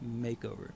makeover